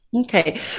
Okay